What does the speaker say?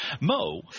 Mo